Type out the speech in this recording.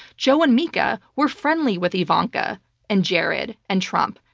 joe and mika were friendly with ivanka and jared and trump.